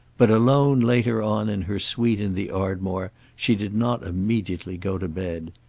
but, alone later on in her suite in the ardmore she did not immediately go to bed.